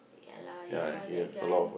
ya lah ya lah that guy